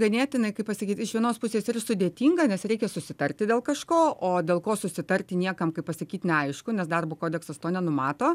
ganėtinai kaip pasakyt iš vienos pusės ir sudėtinga nes reikia susitarti dėl kažko o dėl ko susitarti niekam pasakyt neaišku nes darbo kodeksas to nenumato